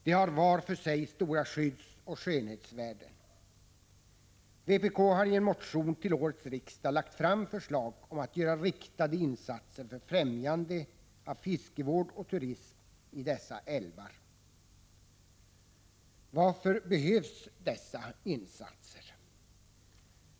De har var för sig stora skyddsoch skönhetsvärden. Vpk har i en motion till årets riksdag lagt fram förslag om riktade insatser för främjande av fiskevård och turism i dessa älvar. Varför behövs dessa insatser?